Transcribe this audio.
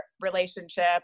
relationship